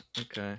Okay